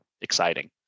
exciting